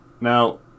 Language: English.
Now